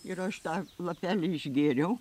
ir aš tą lapelį išgėriau